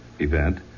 event